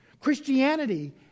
Christianity